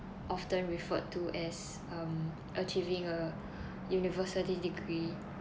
often referred to as um achieving a university degree